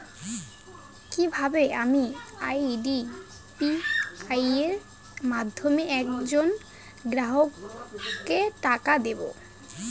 কিভাবে আমি ইউ.পি.আই এর মাধ্যমে এক জন গ্রাহককে টাকা দেবো?